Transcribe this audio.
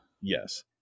Yes